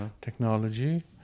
technology